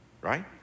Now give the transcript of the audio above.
right